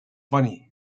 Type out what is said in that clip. funny